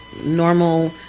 normal